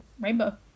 rainbow